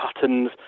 patterns